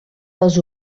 les